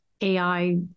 AI